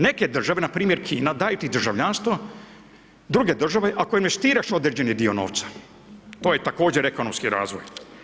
Neke države, npr. Kina daju ti državljanstvo druge države ako investiraš određeni dio novca, to je također ekonomski razvoj.